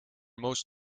most